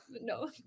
No